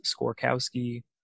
Skorkowski